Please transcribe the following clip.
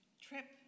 trip